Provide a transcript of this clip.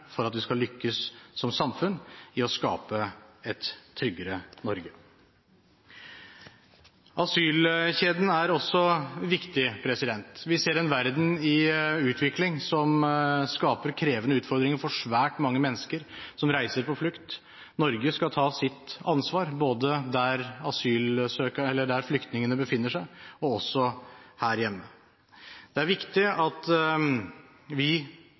vi som samfunn skal lykkes i å skape et tryggere Norge. Asylkjeden er også viktig. Vi ser en verden i utvikling som skaper krevende utfordringer for svært mange mennesker, som flykter. Norge skal ta sitt ansvar, både der flyktningene befinner seg, og her hjemme. Det er viktig at vi